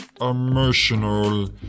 emotional